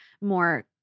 more